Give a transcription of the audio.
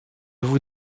vous